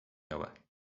یابد